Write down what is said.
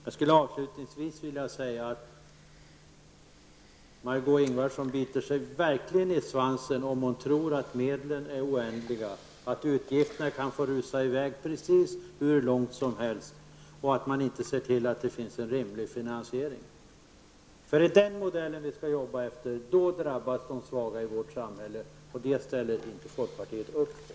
Jag skulle avslutningsvis vilja säga att Margó Ingvardsson verkligen biter sig i svansen om hon tror att medlen är oändliga, att utgifterna kan få rusa iväg precis hur långt som helst, utan att man behöver se till att det finns en rimlig finansiering. Är det den modellen vi skall jobba efter, drabbas de svaga i vårt samhälle. Det ställer inte folkpartiet upp på.